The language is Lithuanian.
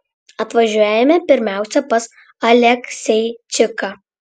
atvažiuojame pirmiausia pas alekseičiką